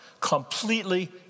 completely